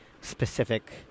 specific